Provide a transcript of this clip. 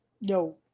No